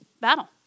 battle